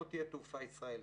לא תהיה תעופה ישראלית.